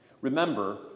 Remember